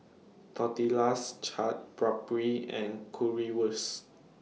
Tortillas Chaat Papri and Currywurst